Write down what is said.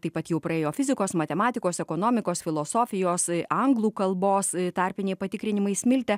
taip pat jau praėjo fizikos matematikos ekonomikos filosofijos anglų kalbos tarpiniai patikrinimai smilte